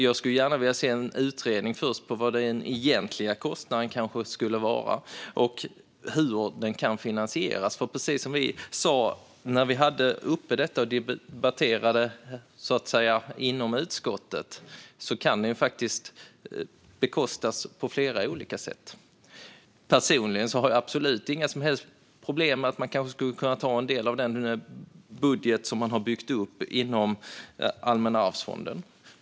Jag skulle gärna först se en utredning av vad den egentliga kostnaden skulle vara och hur den kan finansieras. Precis som vi sa när detta debatterades i utskottet kan fonden bekostas på flera sätt. Personligen har jag inga som helst problem med att ta en del av den budget som har byggts upp inom Allmänna arvsfonden.